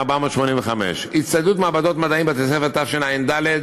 1,952,484. הצטיידות מעבדות מדעים בבתי-ספר בתשע"ד,